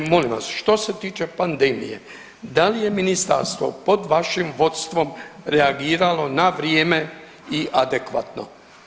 Molim vas što se tiče pandemije, da li je ministarstvo pod vašim vodstvom reagiralo na vrijeme i adekvatno?